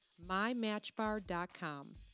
mymatchbar.com